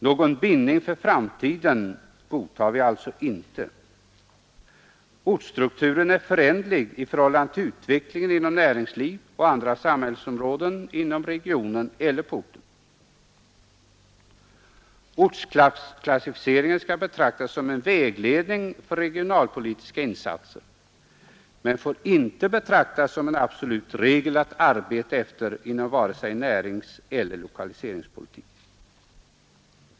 Någon bindning för framtiden godtar vi alltså inte. Ortsstrukturen är föränderlig i förhållande till utvecklingen inom näringsliv och andra samhällsområden inom regionen eller på orten. Ortsklassificeringen skall vara en vägledning för regionalpolitiska insatser men får icke behandlas som en regel att absolut arbeta efter inom vare sig näringseller lokaliseringspolitik.